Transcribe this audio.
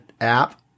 app